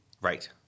Right